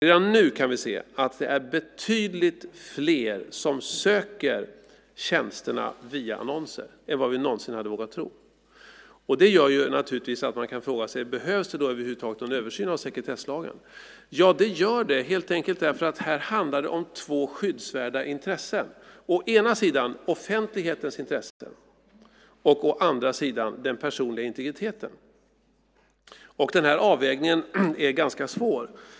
redan nu kan vi se att det är betydligt fler som söker tjänsterna via annonser än vad vi någonsin hade vågat tro. Och det gör naturligtvis att man kan fråga sig om det över huvud taget behövs någon översyn av sekretesslagen. Ja, det gör det helt enkelt därför att det här handlar om två skyddsvärda intressen. Vi har å ena sidan offentlighetens intresse, å andra sidan den personliga integriteten. Denna avvägning är ganska svår.